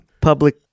public